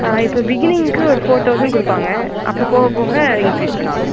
இப்போ பிகினிங்க்கு ஒரு ஃபோர் தௌசண்ட் கொடுப்பாங்க அப்புறம் போக போக இன்க்ரீஸ் பண்ணுவாங்கள்